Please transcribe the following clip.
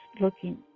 looking